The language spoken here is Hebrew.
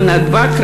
בנתב"ג,